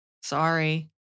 sorry